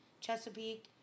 Chesapeake